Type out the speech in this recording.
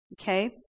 Okay